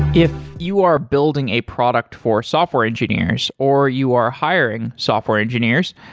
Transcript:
if you are building a product for software engineers or you are hiring software engineers,